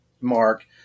Mark